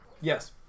Yes